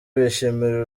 bishimira